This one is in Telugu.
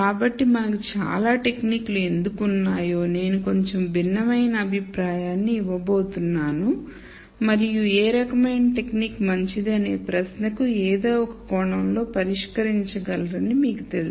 కాబట్టి మనకు చాలా టెక్నిక్లు ఎందుకు ఉన్నాయో నేను కొంచెం భిన్నమైన అభిప్రాయాన్ని ఇవ్వబోతున్నాను మరియు మీరు ఏ రకమైన టెక్నిక్ మంచిదో అనే ప్రశ్నను ఏదో ఒక కోణంలో పరిష్కరించగలరని మీకు తెలుసు